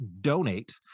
donate